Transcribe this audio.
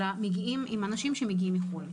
אלא מגיעים עם אנשים שמגיעים מחו"ל.